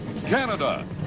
canada